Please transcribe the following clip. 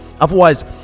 Otherwise